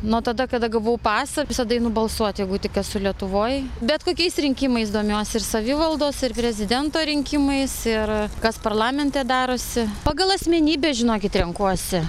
nuo tada kada gavau pasą visada einu balsuot jeigu tik esu lietuvoj bet kokiais rinkimais domiuosi ir savivaldos ir prezidento rinkimais ir kas parlamente darosi pagal asmenybę žinokit renkuosi